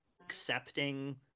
accepting